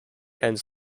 ends